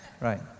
Right